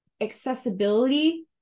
accessibility